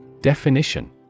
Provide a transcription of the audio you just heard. Definition